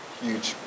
huge